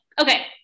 Okay